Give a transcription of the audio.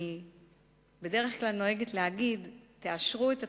אני בדרך כלל נוהגת להגיד, תאשרו את התקציב,